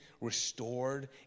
restored